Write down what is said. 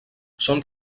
són